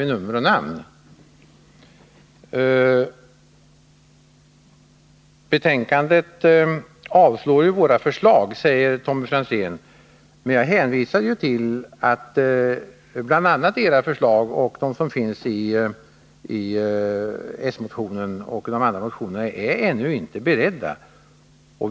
I betänkandet avstyrks våra förslag, säger Tommy Franzén. Jag hänvisade till att bl.a. era förslag, och de som finns i s-motionen och vissa andra motioner, ännu inte är beredda.